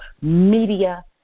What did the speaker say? media